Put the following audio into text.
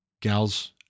gals